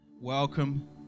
Welcome